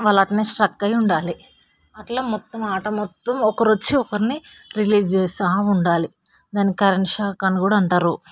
వాళ్ళు అట్టనే స్ట్రక్ అయ్యి ఉండాలి అట్లా మొత్తం ఆట మొత్తం ఒకరు వచ్చి ఒకర్ని రిలీజ్ చేస్తా ఉండాలి దాన్ని కరెంట్ షాక్ అని కూడా అంటారు